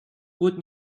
put